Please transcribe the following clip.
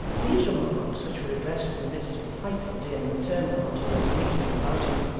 these remarks, which were addressed in the midst of a frightful din and turmoil to those immediately about him,